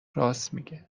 گهخبر